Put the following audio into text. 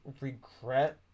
regret